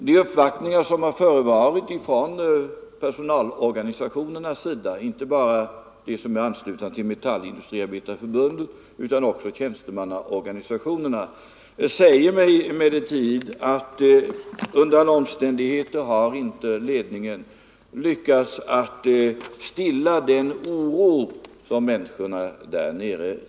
De uppvaktningar som gjorts från personalorganisationernas sida — inte bara av dem som är anslutna till Metallindustriarbetareförbundet utan också av tjänstemannaorganisationerna — säger mig emellertid att ledningen under alla omständigheter inte lyckats att stilla den oro som dessa känner.